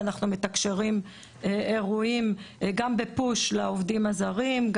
ואנחנו מתקשרים אירועים לעובדים הזרים גם בפוש,